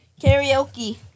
Karaoke